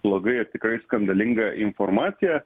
blogai ir tikrai skandalinga informacija